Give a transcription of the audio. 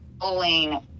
pulling